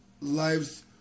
lives